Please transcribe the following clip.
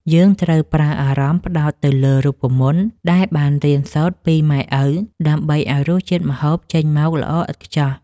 យើងត្រូវប្រើអារម្មណ៍ផ្ដោតទៅលើរូបមន្តដែលបានរៀនសូត្រពីម៉ែឪ ដើម្បីឱ្យរសជាតិម្ហូបចេញមកល្អឥតខ្ចោះ។